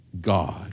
God